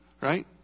right